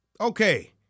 Okay